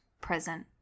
present